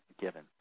given